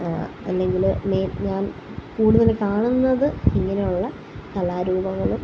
അല്ലെങ്കിൽ മെ ഞാൻ കൂടുതൽ കാണുന്നത് ഇങ്ങനെ ഉള്ള കലാരൂപങ്ങളും